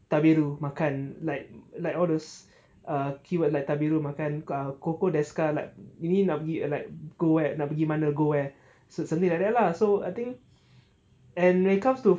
taberu makan like like all those ah keyword like taberu makan and ah coco desuka like ni nak pergi err like go where nak pergi mana go where some something like that lah so I think and when it comes to